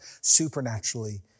supernaturally